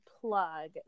plug